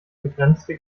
begrenzte